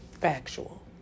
factual